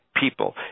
people